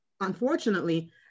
unfortunately